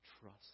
trust